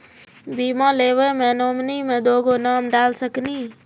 बीमा लेवे मे नॉमिनी मे दुगो नाम डाल सकनी?